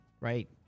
right